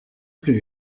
plus